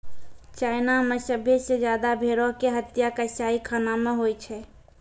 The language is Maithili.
चाइना मे सभ्भे से ज्यादा भेड़ो के हत्या कसाईखाना मे होय छै